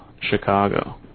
Chicago